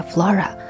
Flora